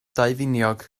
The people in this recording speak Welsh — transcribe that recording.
daufiniog